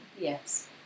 Yes